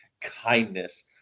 Kindness